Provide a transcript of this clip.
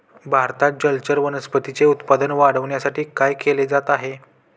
भारतात जलचर वनस्पतींचे उत्पादन वाढविण्यासाठी काय केले जात आहे?